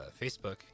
Facebook